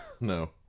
No